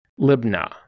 Libna